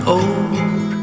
old